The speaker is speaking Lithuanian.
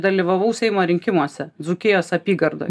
dalyvavau seimo rinkimuose dzūkijos apygardoj